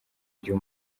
gihe